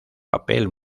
papel